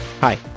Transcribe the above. Hi